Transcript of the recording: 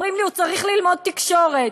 אומרים לי: הוא צריך ללמוד תקשורת.